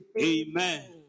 Amen